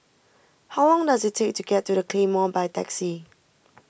how long does it take to get to the Claymore by taxi